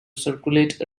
circulate